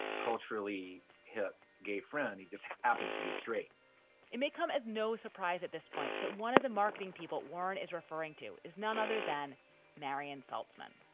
culturally hip gay friend. he just happens to be straight it may come as no surprise at this point that one of the marketing people warren is referring to is none other than marion saltzman.